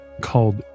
called